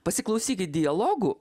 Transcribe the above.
pasiklausykit dialogų